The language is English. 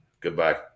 Goodbye